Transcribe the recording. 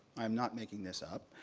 i'm not making this up.